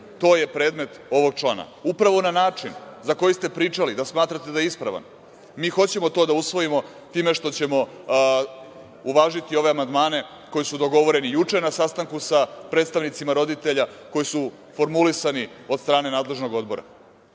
je predmet ovog člana, a upravo na način za koji ste pričali da smatrate da je ispravan. Mi hoćemo to da usvojimo time što ćemo uvažiti ove amandmane koji su dogovoreni juče na sastanku sa predstavnicima roditelja koji su formulisani od strane nadležnog odbora. Dakle,